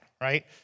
right